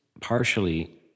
partially